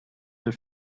the